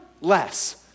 less